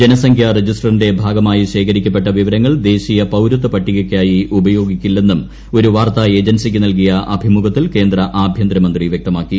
ജനസംഖ്യാ രജിസ്റ്ററിന്റെ ഭാഗമായി ശേഖരിക്കപ്പെട്ട വിവരങ്ങൾ ദേശീയ പൌരത്വ പട്ടികയ്ക്കായി ഉപയോഗിക്കില്ലെന്നും ഒരു വാർത്താ ഏജൻസിക്ക് നൽകിയ അഭിമുഖത്തിൽ കേന്ദ്ര ആഭ്യന്തരമന്ത്രി വ്യക്തമാക്കി